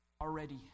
already